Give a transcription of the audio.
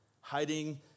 hiding